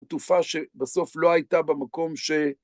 תופעה שבסוף לא הייתה במקום ש...